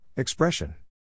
Expression